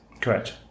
Correct